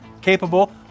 capable